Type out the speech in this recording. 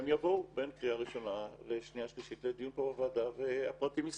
לכן נכון שהם יבואו לדיון פה בוועדה בין